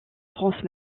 france